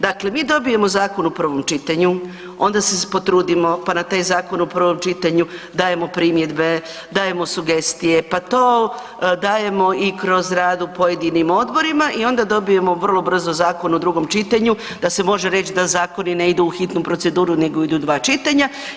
Dakle, mi dobijemo zakon u prvom čitanju, onda se potrudimo pa na taj zakon u prvom čitanju dajemo primjedbe, dajemo sugestije, pa to dajemo i kroz rad u pojedinim odborima i onda dobijemo vrlo brzo zakon u drugom čitanju da se može reći da zakoni ne idu u hitnu proceduru nego idu u dva čitanja.